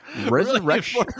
Resurrection